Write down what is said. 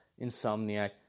Insomniac